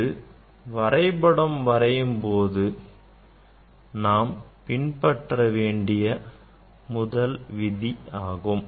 இது வரைபடம் வரையும்போது நாம் பின்பற்ற வேண்டிய முதல் விதி ஆகும்